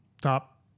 Top